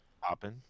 popping